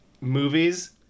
movies